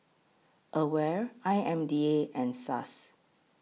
AWARE I M D A and Suss